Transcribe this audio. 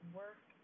work